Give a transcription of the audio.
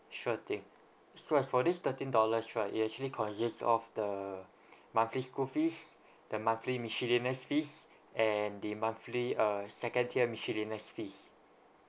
sure thing so as for this thirteen dollars right it actually consists of the monthly school fees the monthly miscellaneous fees and the monthly uh second tier miscellaneous fees